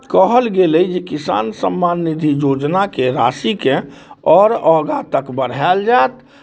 कहल गेल अइ जे किसान सम्मान निधि योजनाके राशिकेँ आओर आगाँ तक बढ़ायल जायत